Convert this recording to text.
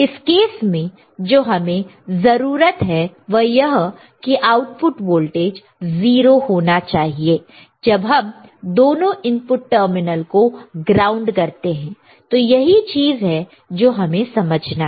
इस केस में जो हमें जरूरत है वह यह कि आउटपुट वोल्टेज 0 होना चाहिए जब हम दोनो इनपुट टर्मिनल को ग्राउंड करते हैं तो यही चीज है जो हमें समझना है